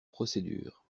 procédures